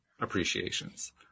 appreciations